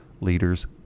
leaders